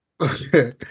okay